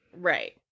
Right